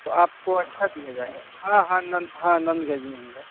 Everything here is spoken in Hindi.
तो आपको अच्छा दिया जाएगा हाँ हाँ नन हाँ नंदगंज में ही है